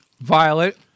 Violet